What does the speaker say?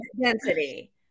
density